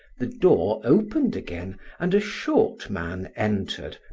the door opened again and a short man entered,